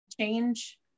change